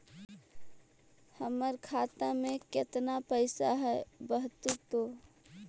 हमर खाता में केतना पैसा है बतहू तो?